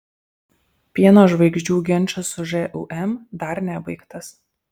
pieno žvaigždžių ginčas su žūm dar nebaigtas